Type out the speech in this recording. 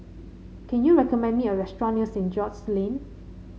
can you recommend me a restaurant near St George's Lane